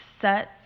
sets